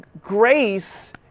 grace